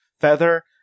feather